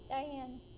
Diane